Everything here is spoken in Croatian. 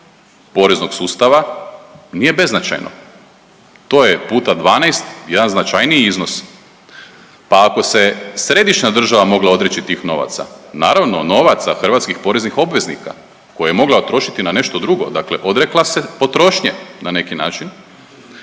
poreznog sustava, nije beznačajno, to je puta 12 jedan značajniji iznos. Pa ako se središnja država mogla odreći tih novaca, naravno novaca hrvatskih poreznih obveznika koje je mogla utrošiti na nešto drugo. Dakle, odrekla se potrošnje na neki način.